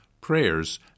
prayers